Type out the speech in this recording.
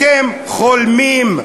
אתם חולמים.